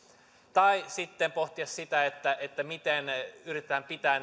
tai sitten pohtia sitä miten yritetään pitää